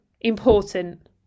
important